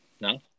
No